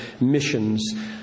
missions